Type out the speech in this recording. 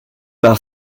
par